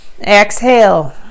exhale